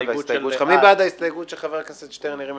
מי בעד ההסתייגות של חבר הכנסת שטרן?